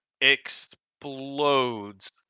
explodes